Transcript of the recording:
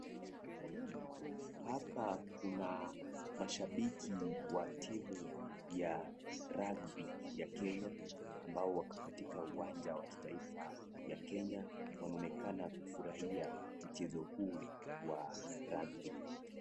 Hapa kuna mashabiki wa timu ya rugby ya Kenya ambao wako katika uwanja wa kitaifa ya Kenya, wanaonekana kufurahia mchezo huu wa rugby .